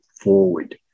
forward